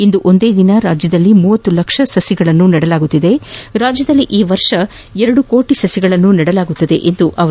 ಇಂದು ಒಂದೇ ದಿನ ರಾಜ್ಯದಲ್ಲಿ ಮೂವತ್ತು ಲಕ್ಷ ಸಸಿ ನಡೆಲಾಗುತ್ತಿದ್ದು ರಾಜ್ಯದಲ್ಲಿ ಈ ವರ್ಷ ಎರಡು ಕೋಟಿ ಸಸಿಗಳನ್ನು ನೆಡಲಾಗುವುದು ಎಂದರು